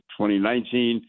2019